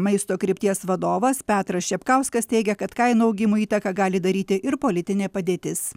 maisto krypties vadovas petras čepkauskas teigia kad kainų augimui įtaką gali daryti ir politinė padėtis